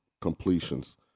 completions